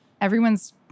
everyone's